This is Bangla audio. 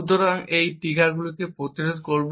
সুতরাং এটি ট্রিগারগুলিকে প্রতিরোধ করবে